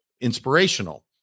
inspirational